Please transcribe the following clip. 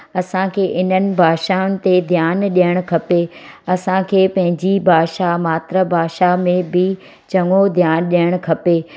असांखे इन्हनि भाषाउनि ते ध्यानु ॾियणु खपे असांखे पंहिंजी भाषा मातृभाषा में बि चङो ध्यानु ॾियणु खपे